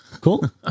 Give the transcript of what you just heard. Cool